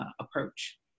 approach